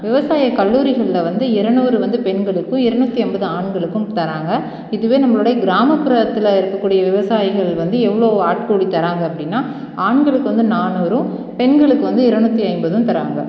விவசாயக் கல்லூரிகளில் வந்து இரநூறு வந்து பெண்களுக்கும் இரநூற்றி ஐம்பது ஆண்களுக்கும் தராங்க இதுவே நம்மளுடைய கிராமபுரத்தில் இருக்கக்கூடிய விவசாயிகள் வந்து எவ்வளோ ஆட்கூலி தராங்க அப்படினா ஆண்களுக்கு வந்து நானுறும் பெண்களுக்கு வந்து இரநூற்றி ஐம்பதும் தரங்க